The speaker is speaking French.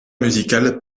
musical